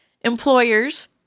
employers